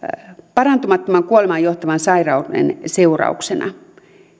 parantumattoman kuolemaan johtavan sairauden seurauksena